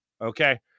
okay